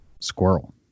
squirrel